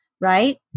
right